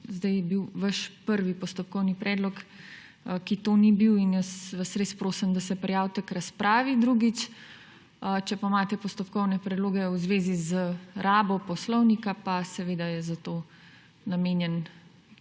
zdaj je bil vaš prvi postopkovni predlog, ki to ni bil. Res vas prosim, da se drugič prijavite k razpravi. Če pa imate postopkovne predloge v zvezi z rabo poslovnika, pa seveda je za to namenjen